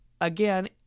Again